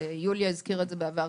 ויוליה הזכירה בעבר,